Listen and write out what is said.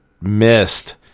Missed